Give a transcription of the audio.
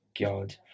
God